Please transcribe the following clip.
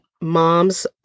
moms